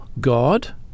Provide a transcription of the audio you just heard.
God